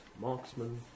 marksman